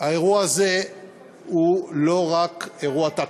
האירוע הזה הוא לא רק אירוע טקטי,